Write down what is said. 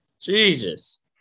Jesus